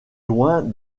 loin